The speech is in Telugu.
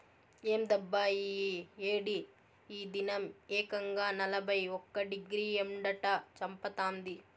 ఏందబ్బా ఈ ఏడి ఈ దినం ఏకంగా నలభై ఒక్క డిగ్రీ ఎండట చంపతాంది